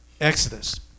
Exodus